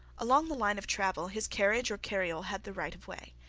along the line of travel his carriage or carriole had the right of way,